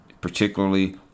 Particularly